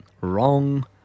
Wrong